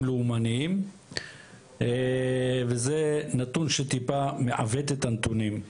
לאומניים וזה נתון שטיפה מעוות את הנתונים.